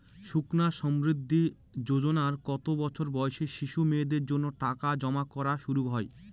সুকন্যা সমৃদ্ধি যোজনায় কত বছর বয়সী শিশু মেয়েদের জন্য টাকা জমা করা শুরু হয়?